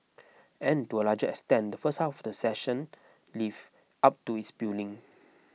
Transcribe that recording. and to a large extent the first half the session lived up to its billing